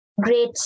great